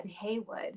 Haywood